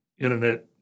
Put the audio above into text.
internet